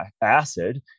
acid